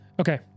okay